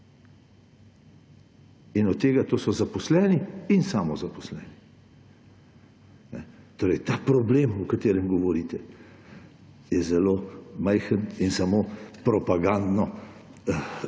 In od tega, to so zaposleni in samozaposleni. Torej, ta problem, o katerem govorite, je zelo majhen in samo propagandno